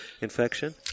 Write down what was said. infection